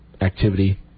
activity